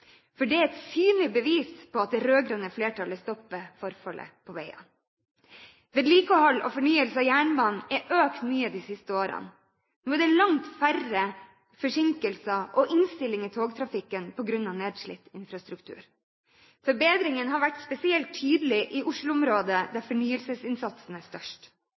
for det er et synlig bevis på at det rød-grønne flertallet stopper forfallet på veiene. Vedlikehold og fornyelse av jernbanen har økt mye de siste årene. Nå er det langt færre forsinkelser og innstillinger i togtrafikken på grunn av nedslitt infrastruktur. Forbedringen har vært spesielt tydelig i Oslo-området, der fornyelsesinnsatsen er størst.